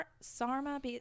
Sarma –